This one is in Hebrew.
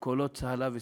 קולות צהלה ושמחה.